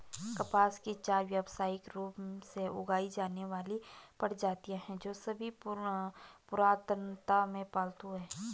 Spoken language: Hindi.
कपास की चार व्यावसायिक रूप से उगाई जाने वाली प्रजातियां हैं, जो सभी पुरातनता में पालतू हैं